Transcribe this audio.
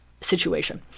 situation